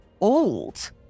old